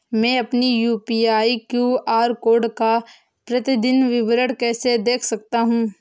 मैं अपनी UPI QR code का प्रतीदीन विवरण कैसे देख सकता हूँ?